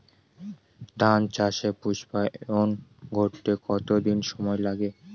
ধান চাষে পুস্পায়ন ঘটতে কতো দিন সময় লাগে?